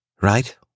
Right